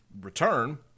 return